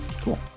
Cool